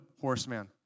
Horseman